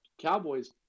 Cowboys